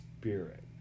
spirit